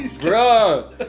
bro